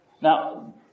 Now